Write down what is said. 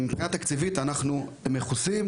כך שמבחינה תקציבית אנחנו מכוסים.